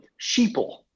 sheeple